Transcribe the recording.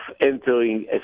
entering